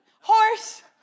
horse